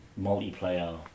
multiplayer